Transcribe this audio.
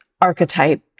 Archetype